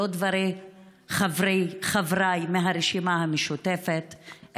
אלה לא דברי חבריי מהרשימה המשותפת,